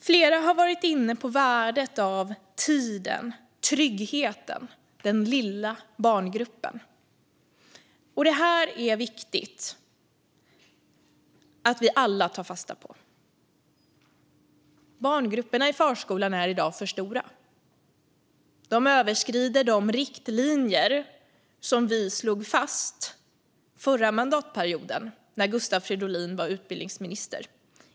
Flera har varit inne på värdet av tiden, tryggheten och den lilla barngruppen. Det är viktigt att vi alla tar fasta på det. Barngrupperna i förskolan är i dag för stora. De överskrider de riktlinjer som vi slog fast förra mandatperioden, när Gustav Fridolin var utbildningsminister.